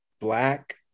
Black